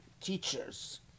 teachers